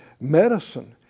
medicine